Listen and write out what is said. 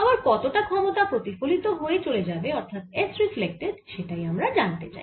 এবার কতটা ক্ষমতা প্রতিফলিত হয়ে চলে যাবে অর্থাৎ S রিফ্লেক্টেড সেটাই আমরা জানতে চাই